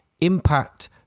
impact